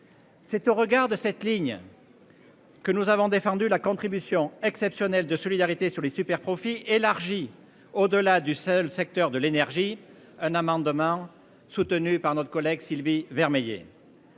C'est au regard de cette ligne.-- Que nous avons défendu la contribution exceptionnelle de solidarité sur les superprofits élargie au-delà du seul secteur de l'énergie. Un amendement soutenu par notre collègue Sylvie Vermeillet.--